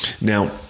Now